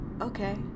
Okay